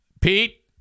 Pete